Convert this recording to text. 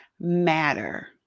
matter